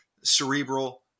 Cerebral